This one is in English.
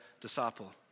disciple